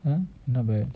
என்னபயம்:enna payam